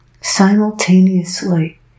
simultaneously